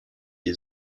les